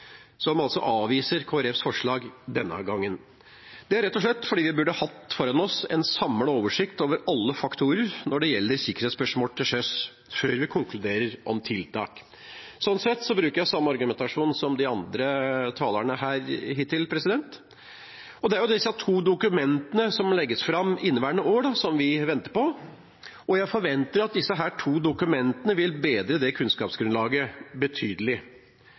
som avviser Kristelig Folkepartis forslag. Det er rett og slett fordi vi før vi konkluderer om tiltak, burde hatt foran oss en samlet oversikt over alle faktorer når det gjelder sikkerhetsspørsmål til sjøs. Sånn sett bruker jeg samme argumentasjon som de andre talerne hittil, nemlig at vi venter på to dokumenter som skal bli lagt fram i inneværende år. Jeg forventer at disse to dokumentene vil bedre det kunnskapsgrunnlaget betydelig.